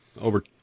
over